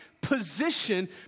position